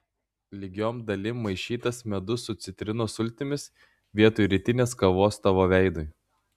lygiom dalim maišytas medus su citrinos sultimis vietoj rytinės kavos tavo veidui